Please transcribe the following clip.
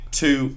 two